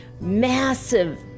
Massive